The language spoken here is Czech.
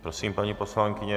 Prosím, paní poslankyně.